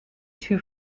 two